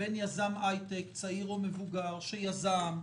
בין יזם הייטק צעיר או מבוגר שיזם,